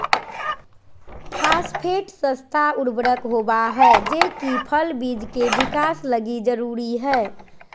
phosphate सस्ता उर्वरक होबा हइ जे कि फल बिज के विकास लगी जरूरी हइ